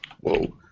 Whoa